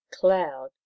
cloud